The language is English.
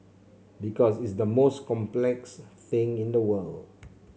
because it's the most complex thing in the world